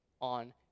on